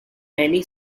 many